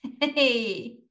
hey